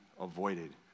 avoided